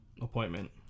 appointment